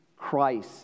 Christ